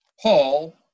Paul